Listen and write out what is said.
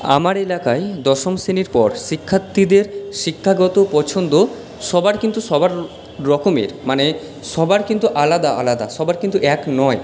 আমার এলাকায় দশম শ্রেণীর পর শিক্ষার্থীদের শিক্ষাগত পছন্দ সবার কিন্তু সবার রকমের মানে সবার কিন্তু আলাদা আলাদা সবার কিন্তু এক নয়